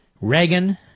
Reagan